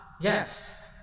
yes